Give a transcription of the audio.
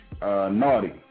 naughty